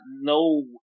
no